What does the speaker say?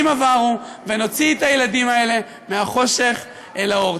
עברו ונוציא את הילדים האלה מהחושך אל האור.